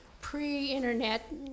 pre-internet